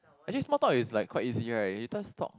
actually small talk is like quite easy right you just talk